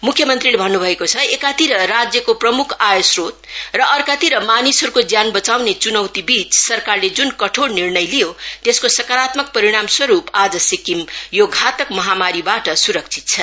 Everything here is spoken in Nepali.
मुख्य मंत्रीले भन्नु भएको छ एकातिर राज्यको प्रमुख आयस्रोत र अर्कातिर मानिसहरूको ज्यान बचाउने चुनौतीबीच सरकारले जुन कठोर निर्णय लियो त्यसको सकारात्मक परिणामस्वरूप आज सिक्किम यो घातक महामारीबाट सुरक्षित छ